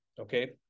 Okay